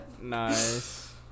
nice